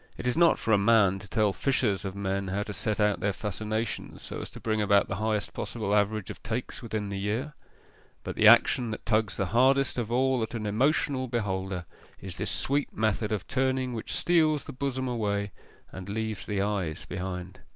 it is not for a man to tell fishers of men how to set out their fascinations so as to bring about the highest possible average of takes within the year but the action that tugs the hardest of all at an emotional beholder is this sweet method of turning which steals the bosom away and leaves the eyes behind.